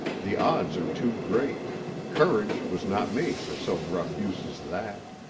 the odds are too great courage was not made for so rough use as that.